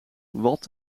wat